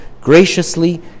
Graciously